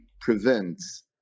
prevents